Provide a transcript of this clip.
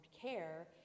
care